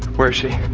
where is she?